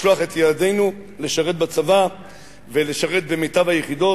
לשלוח את ילדינו לשרת בצבא ולשרת במיטב היחידות.